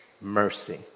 mercy